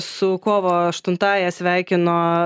su kovo aštuntąja sveikino